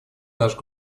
наш